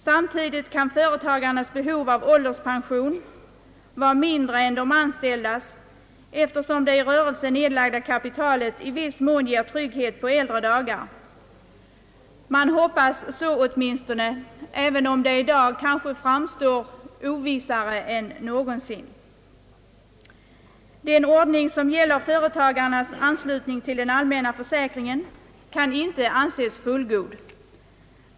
Samtidigt kan företagarnas behov av ålderspension vara mindre än de anställdas eftersom det i rörelsen nedlagda kapitalet i viss mån ger trygghet för äldre dagar. Så hoppas man åtminstone, även om det i dag kan se ovissare ut än förut. Den ordning som gäller företagarnas anslutning till den allmänna försäkringen kan inte anses fullgod.